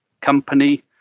company